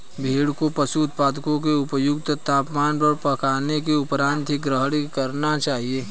भेड़ को पशु उत्पादों को उपयुक्त तापमान पर पकाने के उपरांत ही ग्रहण करना चाहिए